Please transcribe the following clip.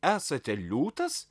esate liūtas